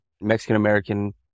Mexican-American